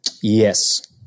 Yes